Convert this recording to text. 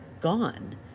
gone